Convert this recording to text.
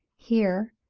here,